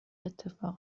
اتفاق